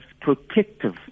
protective